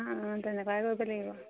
অঁ অঁ তেনেকুৱাই কৰিব লাগিব